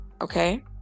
okay